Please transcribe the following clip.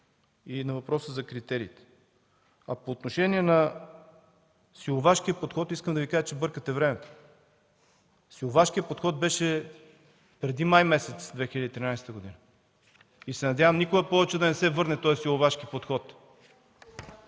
и на въпроса за критериите. По отношение на силовашкия подход искам да Ви кажа, че бъркате времето. Силовашкият подход беше преди месец май 2013 г. Надявам се никога да не се върне този силовашки подход